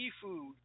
seafood